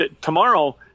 tomorrow